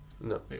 No